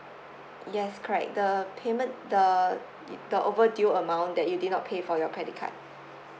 yes correct the payment the the overdue amount that you did not pay for your credit card